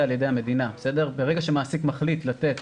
המעסיק ישפה אותו.